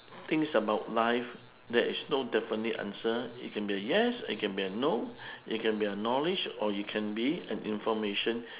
things about life there is no definite answer it can be a yes it can be a no you can be a knowledge or you can be an information